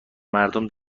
مردم